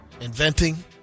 inventing